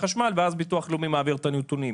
החשמל ואז ביטוח לאומי מעביר את הנתונים.